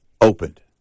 opened